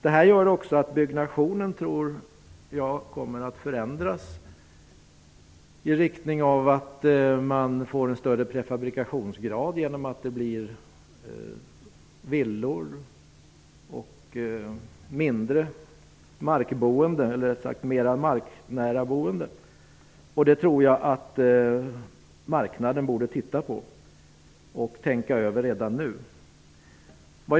Detta gör också att jag tror att byggnationen kommer att förändras i riktning mot att vi får en större prefabrikationsgrad genom att man kommer att bo mer i villor och marknära boende. Det borde marknaden titta på och tänka över redan nu.